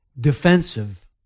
defensive